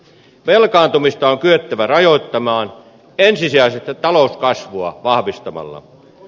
velkaantumista on kyettävä rajoittamaan ensisijaisesti talouskasvua vahvistamalla